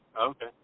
Okay